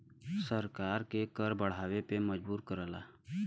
सरकार के कर बढ़ावे पे मजबूर करला